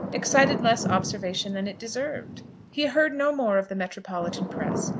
excited less observation than it deserved. he heard no more of the metropolitan press,